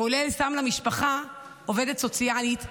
כולל זה שהוא שם למשפחה עובדת סוציאלית שתלווה,